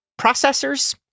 Processors